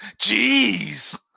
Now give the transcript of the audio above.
Jeez